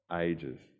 ages